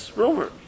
rumor